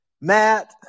Matt